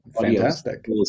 Fantastic